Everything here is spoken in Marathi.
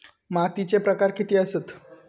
मातीचे प्रकार किती आसत?